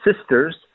Sisters